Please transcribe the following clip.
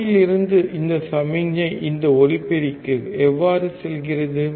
வாயிலிருந்து இந்தச் சமிக்ஞை இந்த ஒலிபெருக்கிக்கு எவ்வாறு செல்கிறது